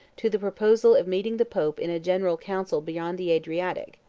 to the proposal of meeting the pope in a general council beyond the adriatic.